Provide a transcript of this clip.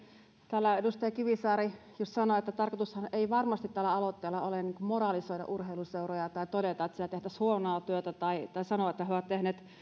täällä edustaja kivisaari just sanoi että tarkoitushan tällä aloitteella ei varmasti ole moralisoida urheiluseuroja tai todeta että siellä tehtäisiin huonoa työtä tai tai sanoa että he ovat tehneet